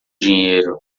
dinheiro